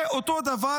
זה אותו דבר,